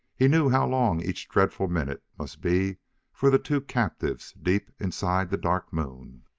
he knew how long each dreadful minute must be for the two captives deep inside the dark moon.